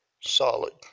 solid